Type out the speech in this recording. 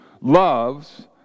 loves